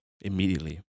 Immediately